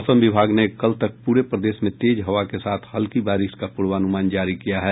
मौसम विभाग ने कल तक पूरे प्रदेश में तेज हवा के साथ हल्की बारिश का पूर्वानुमान जारी किया है